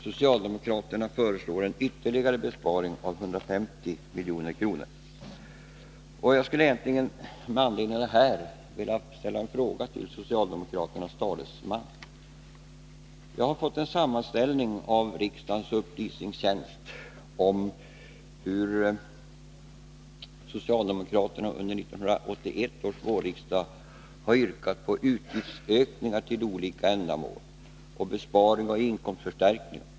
Socialdemokraterna föreslår en ytterligare besparing på 150 milj.kr. Med anledning härav skulle jag vilja ställa en fråga till socialdemokraternas talesman. Jag har fått en sammanställning av riksdagens upplysningstjänst om hur socialdemokraterna under våren 1981 yrkade på utgiftsökningar till olika ändamål samt besparingar och inkomstförstärkningar.